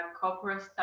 corporate